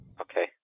Okay